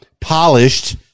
polished